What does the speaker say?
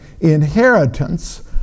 inheritance